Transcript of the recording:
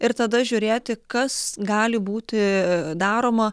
ir tada žiūrėti kas gali būti daroma